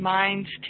minds